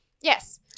Yes